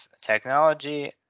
technology